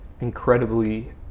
incredibly